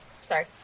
sorry